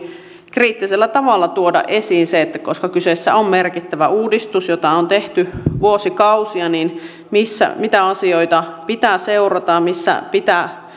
kriittisellä tavalla tuoda esiin sen koska kyseessä on merkittävä uudistus jota on tehty vuosikausia mitä asioita pitää seurata missä pitää